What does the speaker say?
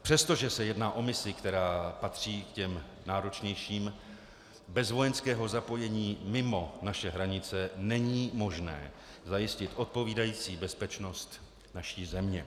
Přestože se jedná o misi, která patří k těm náročnějším, bez vojenského zapojení mimo naše hranice není možné zajistit odpovídající bezpečnost naší země.